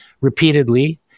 repeatedly